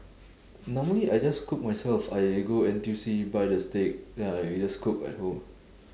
normally I just cook myself I go N_T_U_C buy the steak then I just cook at home